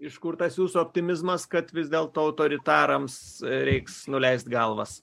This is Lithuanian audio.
iš kur tas jūsų optimizmas kad vis dėlto autoritarams reiks nuleist galvas